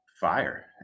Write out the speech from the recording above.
fire